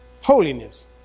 holiness